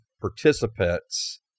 participants